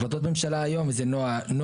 החלטות ממשלה היום זה נוהג.